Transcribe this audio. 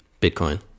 Bitcoin